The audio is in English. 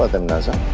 ah timnasa